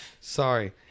sorry